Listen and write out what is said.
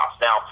Now